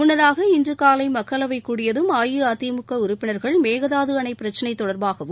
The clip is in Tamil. முன்னதாக இன்று காலை மக்களவை கூடியதும் அஇஅதிமுக உறுப்பினர்கள் மேகதாது அணை பிரச்சினை தொடர்பாகவும்